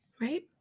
Right